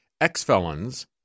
ex-felons